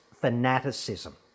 fanaticism